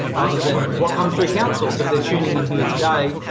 other than what comes through council. so, if they're tuning in here today,